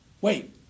wait